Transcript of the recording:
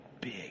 big